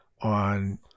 on